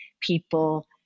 people